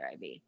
IV